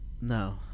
No